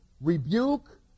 rebuke